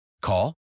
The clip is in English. Call